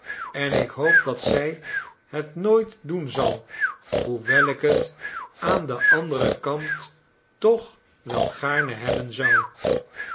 en ik hoop dat zij het nooit doen zal hoewel ik het aan den anderen kant toch wel gaarne hebben zou